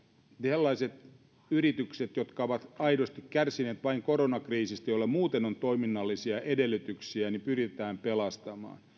sellaiset yritykset jotka ovat aidosti kärsineet vain koronakriisistä ja joilla muuten on toiminnallisia edellytyksiä pyritään pelastamaan